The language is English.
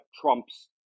trump's